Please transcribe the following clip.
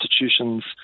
institutions